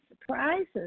surprises